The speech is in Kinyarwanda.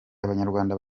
abanyarwanda